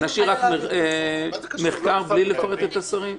אז נשאיר רק מחקר בלי לפרט את השרים?